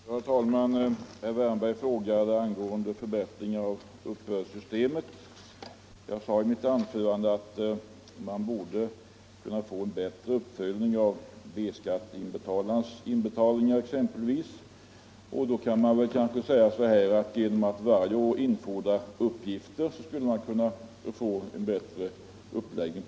Nr 139 Herr talman! Herr Wärnberg frågade mig hur en förbättring av upp Tisdagen den bördssystemet skulle kunna åstadkommas. Jag sade i mitt anförande 10 december 1974 att man exempelvis borde kunna få en bättre uppföljning av B-skat= I tebetalarnas inbetalningar. Genom att varje år infordra uppgifter skulle Ändrade regler för man kunna få en effektivare uppläggning.